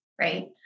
right